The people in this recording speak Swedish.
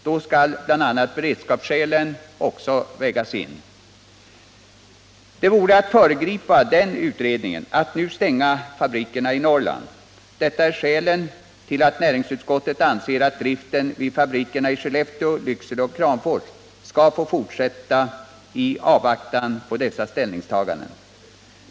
Då skall bl.a. beredskapsskälen också vägas in. Det vore att föregripa den utredningen att nu stänga fabrikerna i Norrland. Dessa är skälen till att näringsutskottet anser att driften vid fabrikerna i Skellefteå, Lycksele och Kramfors skall få fortsätta i avvaktan på dessa ställningstaganden.